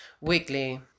weekly